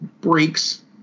breaks